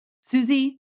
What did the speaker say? Susie